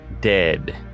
dead